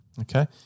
Okay